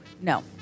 no